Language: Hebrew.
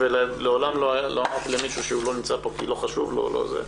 לעולם לא אמרתי למישהו שלא נמצא כאן כי זה לא חשוב לו.